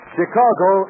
Chicago